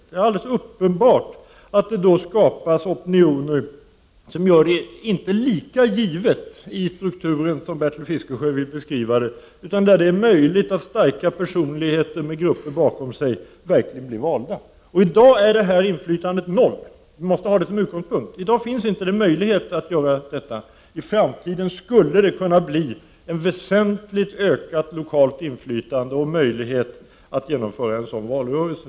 Det är helt uppenbart att det då ska pas opinioner som inte är lika givna i systemets struktur som Bertil Fiskesjö beskriver det, utan det är möjligt för starka personligheter med grupper bakom sig att verkligen bli valda. I dag är det inflytandet lika med noll — vi måste ha som utgångspunkt att den möjligheten inte finns. I framtiden skulle det kunna bli ett väsentligt ökat lokalt inflytande och en möjlighet att genomföra en sådan valrörelse.